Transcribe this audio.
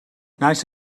nice